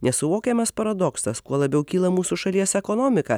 nesuvokiamas paradoksas kuo labiau kyla mūsų šalies ekonomika